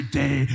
day